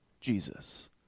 Jesus